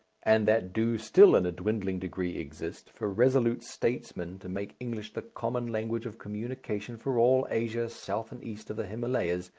and that do still in a dwindling degree exist, for resolute statesmen to make english the common language of communication for all asia south and east of the himalayas,